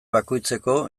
bakoitzeko